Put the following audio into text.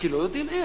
לא יודעים איך.